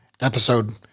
episode